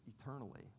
eternally